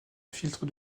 filtre